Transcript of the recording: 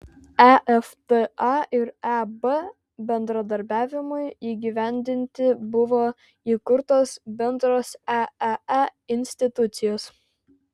efta ir eb bendradarbiavimui įgyvendinti buvo įkurtos bendros eee institucijos